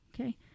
Okay